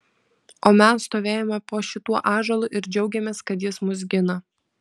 o mes stovėjome po šituo ąžuolu ir džiaugėmės kad jis mus gina